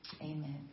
amen